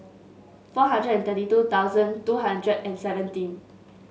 four hundred and thirty two thousand two hundred and seventeen